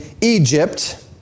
Egypt